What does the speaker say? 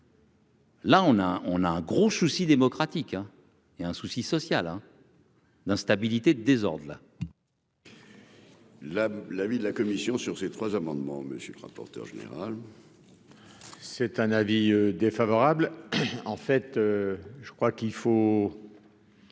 a, on a un gros souci démocratique et un souci social hein. L'instabilité de désordres. Là l'avis de la commission sur ces trois amendements, monsieur le rapporteur général. C'est un avis défavorable en fait, je crois qu'il faut.